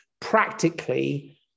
practically